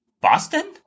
Boston